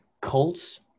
Colts